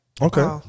Okay